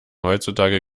heutzutage